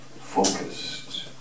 focused